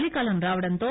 చలికాలం రావండంతో